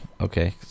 Okay